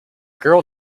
girl